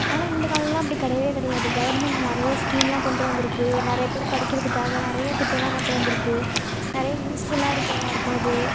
ஆனால் இந்த காலம்லாம் அப்படி கிடையவே கிடையாது கவெர்மெண்ட் நிறையா ஸ்கீம்லாம் கொண்டு வந்திருக்கு நிறைய பேர் படிக்கிறதுக்காக நிறைய திட்டமெல்லாம் கொண்டு வந்திருக்கு நிறைய யூஸ்ஃபுல்லாக இருக்குது எல்லோருக்கும் அது